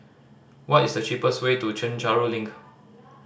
what is the cheapest way to Chencharu Link